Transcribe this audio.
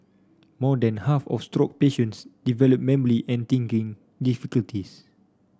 more than half of stroke patients develop memory and thinking difficulties